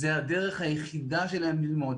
זו הדרך היחידה שלהם ללמוד.